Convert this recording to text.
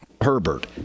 Herbert